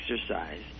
exercise